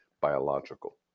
biological